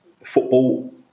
Football